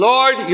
Lord